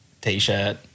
T-shirt